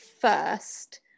first